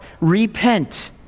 repent